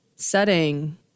setting